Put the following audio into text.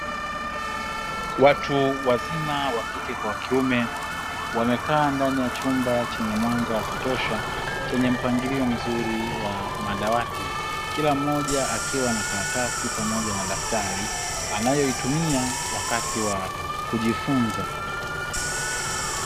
Watu wazima wakike kwa wakiume, wamekaa ndani ya chumba chenye mwanga wa kutosha, chenye mpangilio mzuri wa madawati. Kila mmoja akiwa na karatasi pamoja na daftari, analo tumia wakati wa kujifunza.